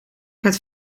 gaat